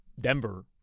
Denver